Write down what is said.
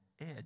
edge